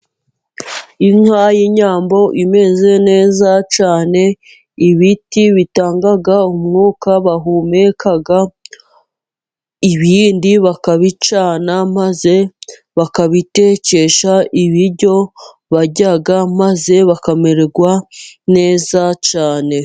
Inka y'inyambo imeze neza cyane. Ibiti bitanga umwuka bahumeka, ibindi bakabicana maze bakabitekesha ibiryo barya, maze bakamererwa neza cyane.